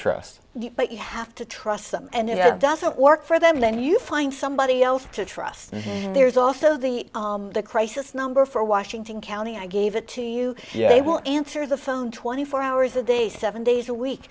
trust but you have to trust them and it doesn't work for them then you find somebody else to trust and there's also the the crisis number for washington county i gave it to you yes i will answer the phone twenty four hours a day seven days a week